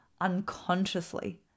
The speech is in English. unconsciously